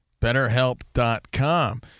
BetterHelp.com